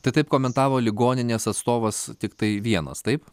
tai taip komentavo ligoninės atstovas tiktai vienas taip